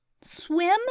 swim